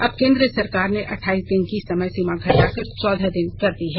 अब केंद्र सरकार ने अठाइस दिन की समय सीमा घटाकर चौदह दिन कर दी है